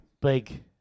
big